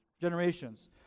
generations